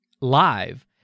live